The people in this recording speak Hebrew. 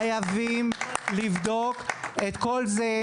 חייבים לבדוק את כל זה,